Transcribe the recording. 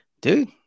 dude